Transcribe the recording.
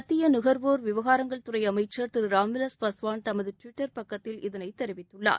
மத்திய நுகர்வோர் விவகாரங்கள் துறை அமைச்சர் திரு ராம் விவாஸ் பாஸ்வான் தமது டுவிட்டர் பக்கத்தில் இதனை தெரிவித்துள்ளார்